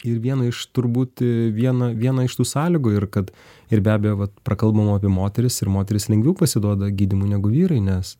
ir viena iš turbūt viena viena iš tų sąlygų ir kad ir be abejo vat prakalbom apie moteris ir moterys lengviau pasiduoda gydymui negu vyrai nes